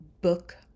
book